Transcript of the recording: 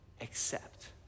accept